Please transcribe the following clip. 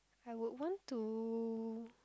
I would want to